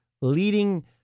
leading